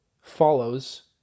follows